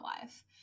life